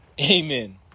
Amen